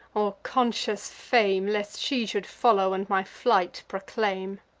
or conscious fame, lest she should follow, and my flight proclaim.